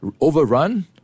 overrun